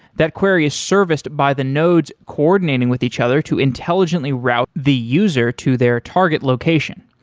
that query is serviced by the nodes coordinating with each other to intelligently route the user to their target location.